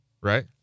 right